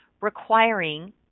requiring